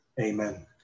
Amen